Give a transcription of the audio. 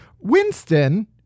Winston